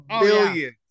billions